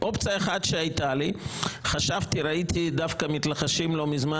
אופציה אחת הייתה לי כשראיתי שהתלחשו לא מזמן